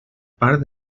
part